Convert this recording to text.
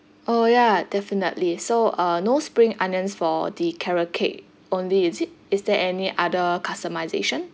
oh yeah definitely so uh no spring onions for the carrot cake only is it is there any other customisation